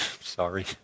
sorry